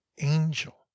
angel